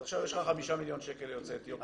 אז עכשיו יש לך חמישה מיליון שקל ליוצאי אתיופיה,